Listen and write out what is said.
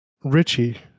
Richie